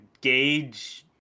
gauge